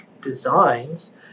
designs